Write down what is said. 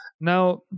Now